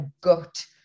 gut